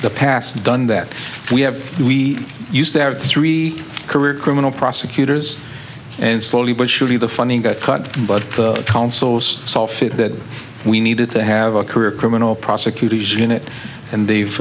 the past done that we have we used to have three career criminal prosecutors and slowly but surely the funding got cut but the councils saw fit that we needed to have a career criminal prosecutors unit and they've